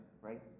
Right